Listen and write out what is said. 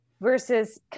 versus